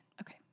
Okay